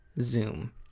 Zoom